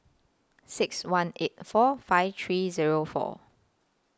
six one eight four five three Zero four